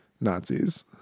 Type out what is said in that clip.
Nazis